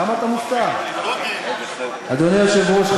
אדוני היושב-ראש,